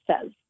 says